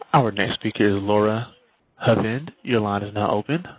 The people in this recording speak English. our next speaker is laura hovind. your line is now open.